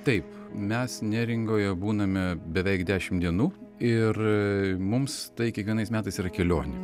taip mes neringoje būname beveik dešim dienų ir mums tai kiekvienais metais yra kelionė